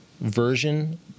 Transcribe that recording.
version